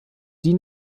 die